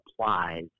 applies